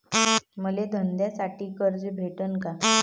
मले धंद्यासाठी कर्ज भेटन का?